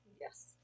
Yes